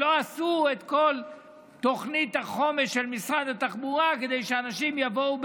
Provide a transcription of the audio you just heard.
לא עשו את כל תוכנית החומש של משרד התחבורה כדי שאנשים לא יבואו